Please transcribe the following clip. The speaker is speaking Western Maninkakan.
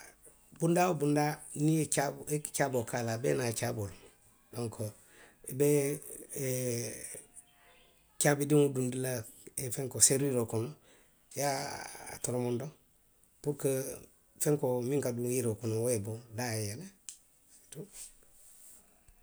Budaa woo bundaa niŋ i ye caa, niŋ i ye caaboo ke a la, a bee niŋ a caaboo loŋ. Donku, i be caabidiŋo dundi la ee, fenkoo, seruuroo kono. I ye a toromondo puruko fenkoo miŋ ka duw yiroo kono wo ye bo, daa ye yele